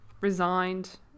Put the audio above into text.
resigned